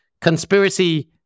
conspiracy